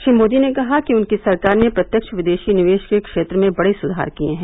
श्री मोदी ने कहा कि उनकी सरकार ने प्रत्यक्ष विदेशी निवेश के क्षेत्र में बड़े सुधार किए हैं